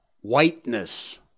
whiteness